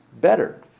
better